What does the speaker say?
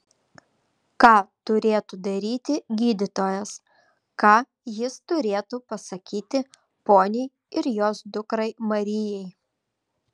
ką turėtų daryti gydytojas ką jis turėtų pasakyti poniai ir jos dukrai marijai